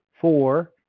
Four